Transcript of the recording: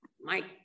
Mike